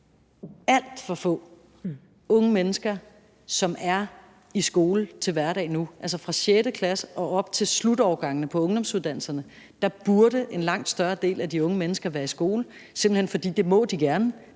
alt for få unge mennesker, som er i skole til hverdag nu. Fra 6. klasse og op til slutårgangene på ungdomsuddannelserne burde en langt større del af de unge mennesker være i skole, simpelt hen fordi de gerne